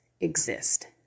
exist